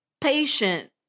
patient